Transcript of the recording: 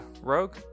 rogue